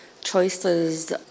choices